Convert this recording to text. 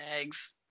eggs